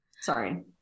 sorry